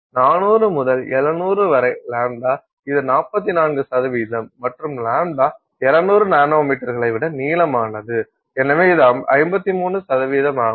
400 முதல் 700 வரை லாம்ப்டா இது 44 மற்றும் லாம்ப்டா 700 நானோமீட்டர்களை விட நீளமானது எனவே இது 53 ஆகும்